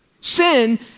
Sin